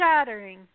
shattering